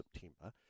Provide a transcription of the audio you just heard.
September